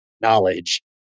knowledge